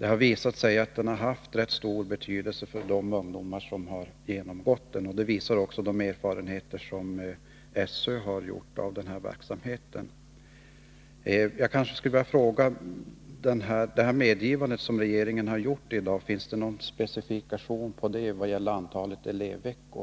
har visat sig vara av stor betydelse för ungdomar att ha genomgått en sådan kurs. Det framgår också av de erfarenheter som SÖ har gjort av verksamheten. Jag skulle vilja fråga: Finns det, när det gäller det medgivande som regeringen gjort i dag, någon specifikation vad gäller antalet elevveckor?